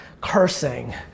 cursing